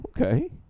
okay